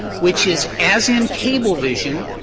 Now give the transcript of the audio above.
which is, as in cablevision,